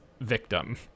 victim